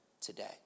today